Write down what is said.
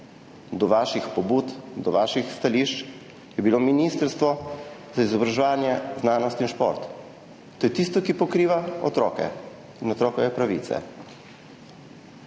do vaših pobud in do vaših stališč, Ministrstvo za izobraževanje, znanost in šport. To je tisto, ki pokriva otroke in otrokove pravice.